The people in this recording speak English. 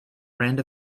brand